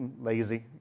lazy